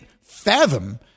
fathom